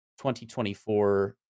2024